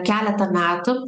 keletą metų